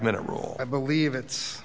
minute rule i believe it's